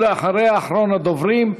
אחריה אחרון הדוברים,